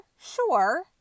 Sure